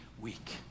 weak